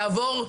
יכול לעבור.